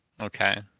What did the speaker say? okay